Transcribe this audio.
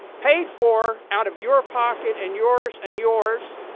paid for out of your pocket, and yours and yours,